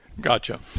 Gotcha